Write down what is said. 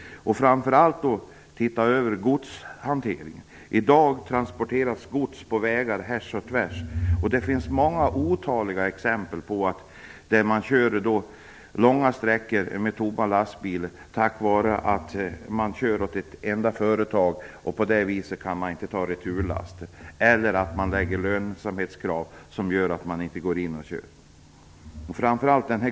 Framför allt måste man se över godshanteringen. I dag transporteras gods på vägar härs och tvärs. Det finns otaliga exempel på att man kör långa sträckor med tom lastbil, därför att man bara kör åt ett företag och därmed inte kan ta returlaster. Det kan också vara så att lönsamhetskraven gör att man inte kör.